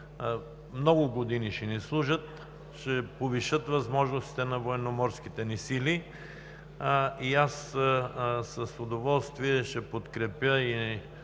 много години ще ни служат, ще повишат възможностите на Военноморските сили. Аз с удоволствие ще подкрепя и